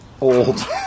Old